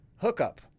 hookup